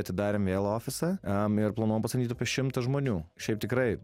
atidarėm vėl ofisą ir planuojam pasamdyt apie šimtą žmonių šiaip tikrai